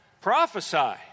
Prophesy